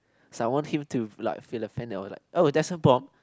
someone him to like feel a fan then I was like oh that's a bomb